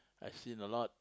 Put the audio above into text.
I've seen a lot